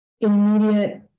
immediate